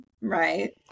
right